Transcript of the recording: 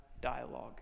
dialogue